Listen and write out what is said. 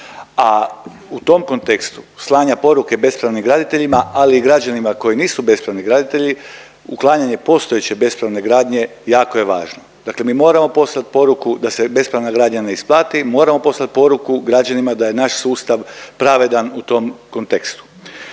a u tom kontekstu slanja poruke bespravnim graditeljima, ali i građanima koji nisu bespravni graditelji, uklanjanje postojeće bespravne gradnje jako je važno, dakle mi moramo poslat poruku da se bespravna gradnja ne isplati, moramo poslat poruku građanima da je naš sustav pravedan u tom kontekstu.